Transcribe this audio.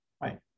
Right